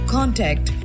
Contact